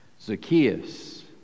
Zacchaeus